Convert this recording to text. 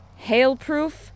hailproof